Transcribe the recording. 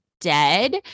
dead